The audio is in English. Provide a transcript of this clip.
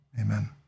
amen